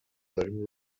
داریم